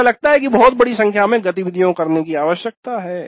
ऐसा लगता है कि बहुत बड़ी संख्या में गतिविधियों को करने की आवश्यकता है